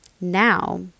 Now